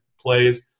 plays